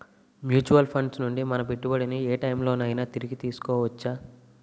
Mutual funds నుండి మన పెట్టుబడిని ఏ టైం లోనైనా తిరిగి తీసుకోవచ్చా?